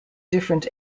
different